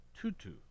Tutu